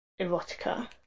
erotica